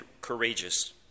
courageous